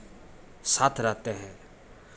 साथ रहते हैं